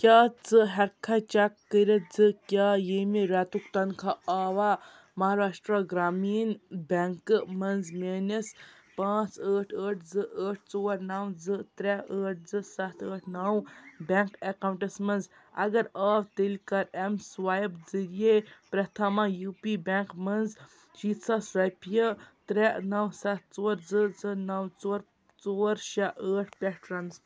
کیٛاہ ژٕ ہٮ۪کہٕ کھا چَک کٔرِتھ زٕ کیٛاہ ییٚمہِ رٮ۪تُک تَنخواہ آوا مہراشٹرٛا گرٛامیٖن بٮ۪نٛکہٕ منٛز میٛٲنِس پانٛژھ ٲٹھ ٲٹھ زٕ ٲٹھ ژور نَو زٕ ترٛےٚ ٲٹھ زٕ سَتھ ٲٹھ نَو بٮ۪نٛک اٮ۪کاوُنٛٹَس منٛز اَگر آو تیٚلہِ کَر اٮ۪م سٕوایِپ ذریعے پرٛتھامَہ یوٗ پی بٮ۪نٛک منٛز شیٖتھ ساس رۄپیہِ ترٛےٚ نَو سَتھ ژور زٕ زٕ نَو ژور ژور شےٚ ٲٹھ پٮ۪ٹھ ٹرٛانٕس